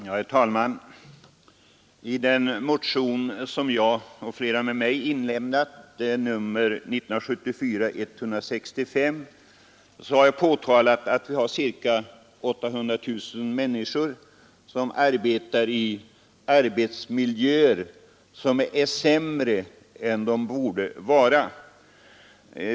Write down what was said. Herr talman! I den motion som jag och flera med mig inlämnat, nr 165, har vi påtalat att ca 800 000 människor arbetar i arbetsmiljöer som är sämre än de borde vara.